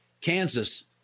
Kansas